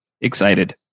excited